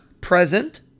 present